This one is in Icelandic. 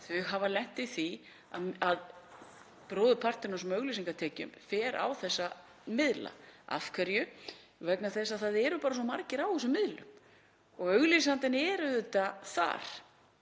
hafa lent í því að bróðurparturinn af auglýsingatekjum fer á umrædda miðla. Af hverju? Vegna þess að það eru bara svo margir á þessum miðlum og auglýsandinn er auðvitað þar.